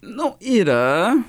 nu yra